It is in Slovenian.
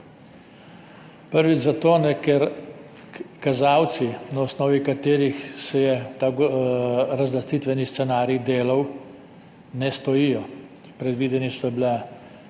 Prvič zato, ker kazalci, na osnovi katerih se je ta razlastitveni scenarij delal, ne stojijo. Predvideni so bili